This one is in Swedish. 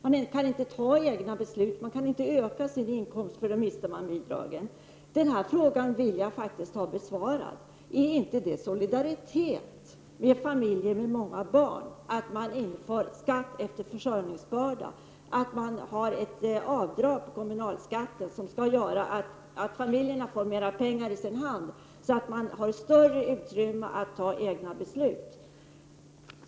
Det går inte att fatta egna beslut, man kan inte öka sin inkomst, för då mister man bidraget. Jag vill faktiskt få ett svar på min fråga. Är det inte solidaritet med familjer med små barn, om man inför skatt efter försörjningsbörda, att det medges ett avdrag på kommunalskatten som gör att familjerna får mera pengar i sin hand, så att det blir ett större utrymme för egna beslut?